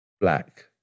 black